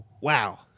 wow